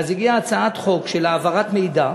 הגיעה הצעת חוק של העברת מידע,